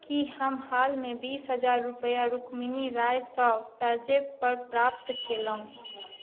की हम हालमे बीस हजार रुपआ रुक्मीनी रायसँ पेजैप पर प्राप्त कयलहुँ